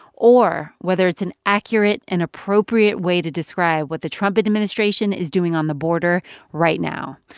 or whether it's an accurate and appropriate way to describe what the trump administration is doing on the border right now.